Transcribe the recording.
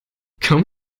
kaum